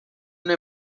una